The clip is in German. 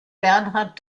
bernhard